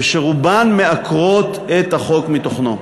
שרובן מעקרות את החוק מתוכנו.